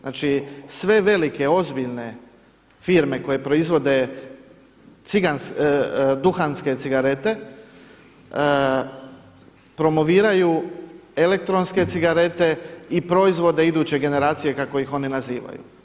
Znači sve velike ozbiljne firme koje proizvode duhanske cigarete promoviraju elektronske cigarete i proizvode iduće generacije kako ih oni nazivaju.